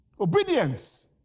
Obedience